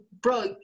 bro